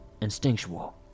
instinctual